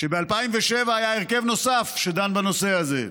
שב-2007 היה הרכב נוסף שדן בנושא הזה,